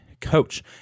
coach